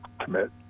commit